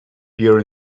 pure